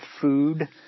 food